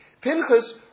Pinchas